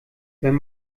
wenn